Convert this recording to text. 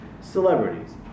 celebrities